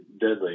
deadly